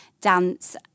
dance